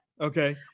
Okay